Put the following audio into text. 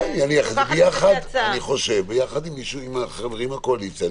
יחד עם החברים מהקואליציה.